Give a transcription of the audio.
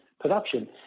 production